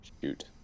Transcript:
shoot